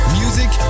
music